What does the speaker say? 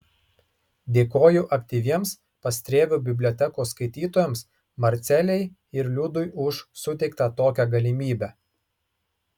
dėkoju aktyviems pastrėvio bibliotekos skaitytojams marcelei ir liudui už suteiktą tokią galimybę